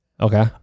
Okay